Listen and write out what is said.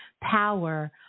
power